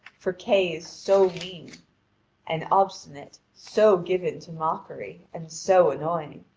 for kay is so mean and obstinate, so given to mockery, and so annoying,